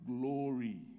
glory